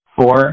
four